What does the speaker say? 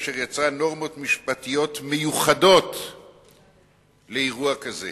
אשר יצרה נורמות משפטיות מיוחדות לאירוע כזה,